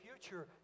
future